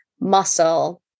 muscle